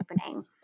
opening